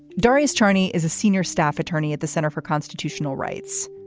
darius charney is a senior staff attorney at the center for constitutional rights.